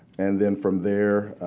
and then from there,